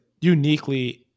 uniquely